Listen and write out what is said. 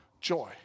joy